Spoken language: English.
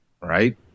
Right